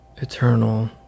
eternal